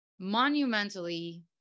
monumentally